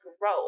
grow